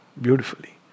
beautifully